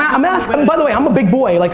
i'm asking. by the way, i'm a big boy. like